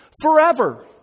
Forever